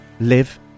live